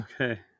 Okay